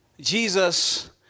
jesus